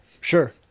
sure